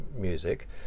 music